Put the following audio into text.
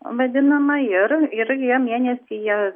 vadinamą ir ir jie mėnesį jie